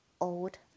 Old